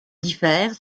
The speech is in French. diffèrent